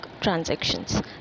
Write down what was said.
transactions